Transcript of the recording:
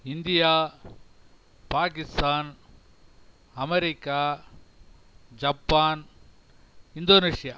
India Pakistan America Japan Indonesia